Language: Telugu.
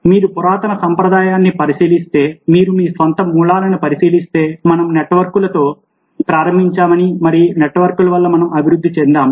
మీరు పురాతన సంప్రదాయాన్ని పరిశీలిస్తే మీరు మీ స్వంత మూలాలను పరిశీలిస్తే మనం నెట్వర్క్లతో ప్రారంభించామని మరియు నెట్వర్క్ల వల్ల మనం అభివృద్ధి చెందాము